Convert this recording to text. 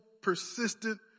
persistent